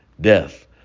death